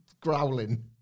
growling